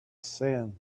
sand